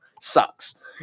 sucks